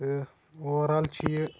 تہٕ اوٚوَر آل چھِ یہِ